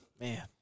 man